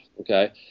okay